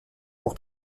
pour